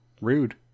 Rude